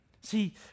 See